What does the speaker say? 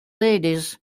ladies